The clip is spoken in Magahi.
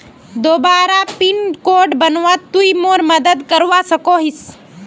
दोबारा पिन कोड बनवात तुई मोर मदद करवा सकोहिस?